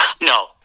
No